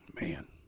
man